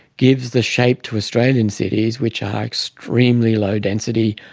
gives the shape to australian cities which are extremely low density,